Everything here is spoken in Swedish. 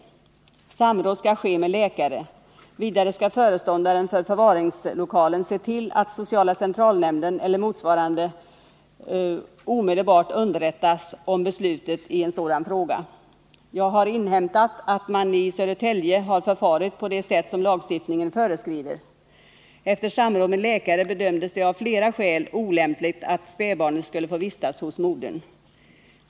Samråd skall ske med läkare. Vidare skall föreståndaren för förvaringslokalen se till att sociala centralnämnden eller motsvarande omedelbart underrättas om beslutet i en sådan fråga. Jag har inhämtat att man i Södertälje har förfarit på det sätt som lagstiftningen föreskriver. Efter samråd med läkare bedömdes det av flera skäl olämpligt att spädbarnet skulle få vistas hos modern.